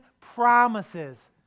promises